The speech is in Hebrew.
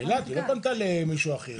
באילת, היא לא פנתה למישהו אחר.